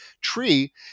tree